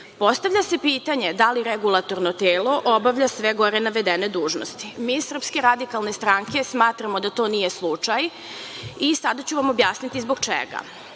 se pitanje da li regulatorno telo obavlja sve gore navedene dužnosti? Mi iz Srpske radikalne stranke smatramo da to nije slučaj i sada ću vam objasniti zbog